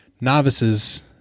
novices